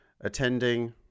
attending